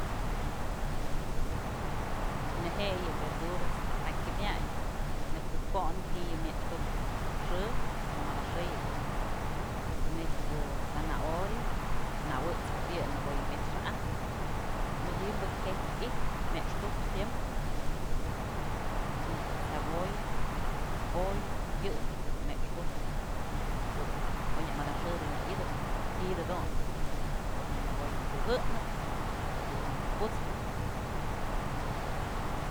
Neje'e yë verduras pakya myadyë neyb ku'u konën ji'i myëxtuk tëkëk xë o madaxk xëyë neyj ko'o zanahoria nawët's ob yë nëkoyë myët's xë'ajnë mëdyë bëkyë jeyjk i'ijpë mëxtup siemprem neyj ko'o cecolla, neyj ko'o repollo yë bëkyë dun mextujpë ko'o dun oynyë madaxk xëyë nya i'idëp ji'idë dun porque në ko'o yë pujë'ënët tëkëwam yë put'spë.